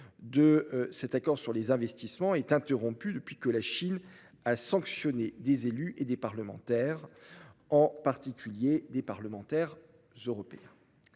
de l'accord sur les investissements est interrompu depuis que la Chine a sanctionné des élus et des parlementaires, en particulier des parlementaires européens.